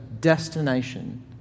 destination